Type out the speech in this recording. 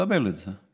מקבל את זה,